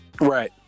Right